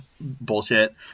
Bullshit